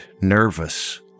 nervous